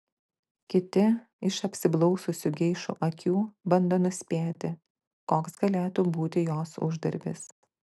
kiti iš apsiblaususių geišų akių bando nuspėti koks galėtų būti jos uždarbis